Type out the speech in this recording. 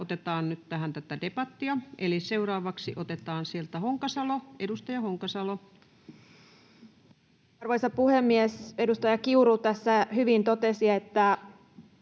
tähän otetaan tätä debattia. — Seuraavaksi otetaan sieltä edustaja Honkasalo. Arvoisa puhemies! Edustaja Kiuru tässä hyvin totesi, että